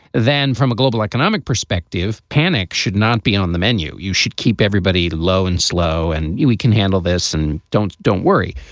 then from a global economic perspective, panic should not be on the menu. you should keep everybody low and slow and we can handle this. and don't. don't worry.